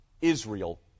Israel